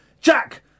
Jack